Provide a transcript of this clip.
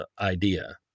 idea